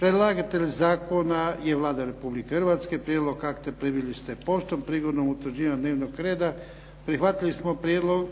Predlagatelj zakona je Vlada Republike Hrvatske. Prijedlog akta primili ste poštom. Prigodom utvrđivanja dnevnog reda prihvatili smo prijedlog